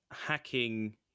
hacking